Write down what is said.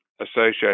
associated